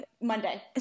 Monday